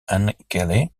enkele